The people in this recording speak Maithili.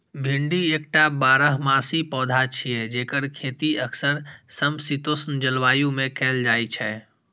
भिंडी एकटा बारहमासी पौधा छियै, जेकर खेती अक्सर समशीतोष्ण जलवायु मे कैल जाइ छै